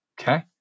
Okay